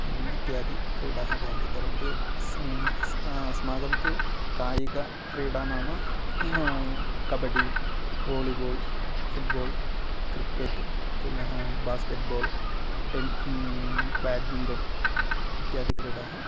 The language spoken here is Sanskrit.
इत्यादिक्रीडाः भवन्ति परन्तु अस्माकं तु कायिकक्रीडा नाम कबड्डी वोलीबोल् फुट्बोल् क्रिकेट् पुनः बास्केट्बोल् टेन् बाड्मिण्टन् इत्यादि क्रीडाः